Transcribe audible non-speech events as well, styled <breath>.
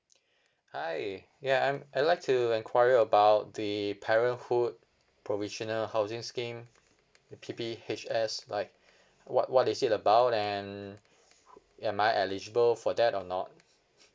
<breath> hi ya I I'd like to inquire about the parenthood provisional housing scheme the P_P_H_S like what what is it about and am I eligible for that or not